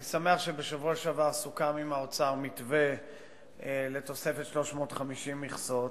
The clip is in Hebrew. אני שמח שבשבוע שעבר סוכם עם האוצר מתווה לתוספת 350 מכסות.